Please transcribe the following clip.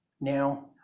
now